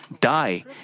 die